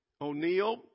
O'Neill